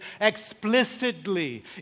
explicitly